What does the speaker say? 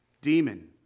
demon